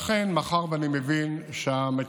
לכן, מאחר שאני מבין שהמציעה